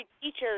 teachers